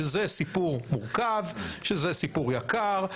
שזה סיפור מורכב, זה סיפור יקר.